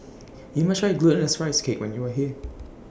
YOU must Try Glutinous Rice Cake when YOU Are here